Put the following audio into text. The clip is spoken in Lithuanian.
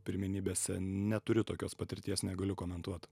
pirmenybėse neturiu tokios patirties negaliu komentuot